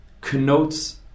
connotes